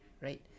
right